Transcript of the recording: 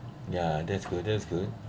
ya that's good that's good